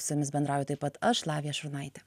su jumis bendrauju taip pat aš lavija šurnaitė